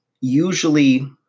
usually